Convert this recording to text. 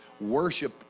Worship